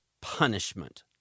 punishment